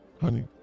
honey